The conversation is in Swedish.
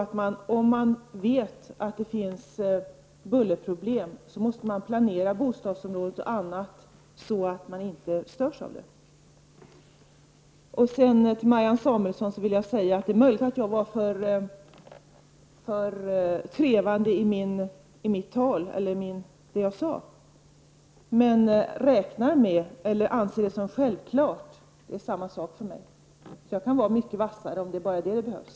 Om man vet att det finns bullerproblem måste man självfallet planera bostadsområden och annat så att människor inte störs. Till Marianne Samuelsson vill jag säga att det är möjligt att jag var för trevande i mitt tidigare inlägg. Men att räkna med eller att anse som självklart är samma sak för mig. Jag kan vara mycket vassare om det är bara det som behövs.